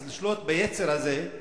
אז לשלוט ביצר הזה,